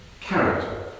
character